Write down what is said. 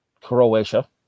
Croatia